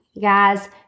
Guys